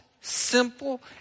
simple